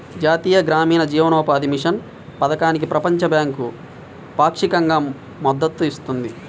జాతీయ గ్రామీణ జీవనోపాధి మిషన్ పథకానికి ప్రపంచ బ్యాంకు పాక్షికంగా మద్దతు ఇస్తుంది